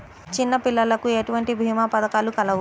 చిన్నపిల్లలకు ఎటువంటి భీమా పథకాలు కలవు?